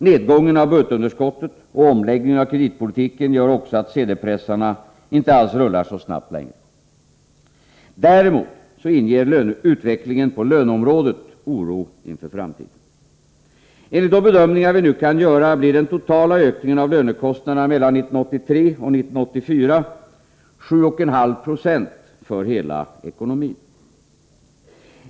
Nedgången av budgetunderskottet och omläggningen av kreditpolitiken gör också att sedelpressarna inte alls rullar så snabbt längre. Däremot inger utvecklingen på löneområdet oro inför framtiden. Enligt de bedömningar vi nu kan göra blir den totala ökningen av lönekostnaderna 7,5 Jo för hela ekonomin mellan 1983 och 1984.